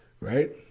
right